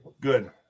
good